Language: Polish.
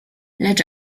lecz